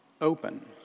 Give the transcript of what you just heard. open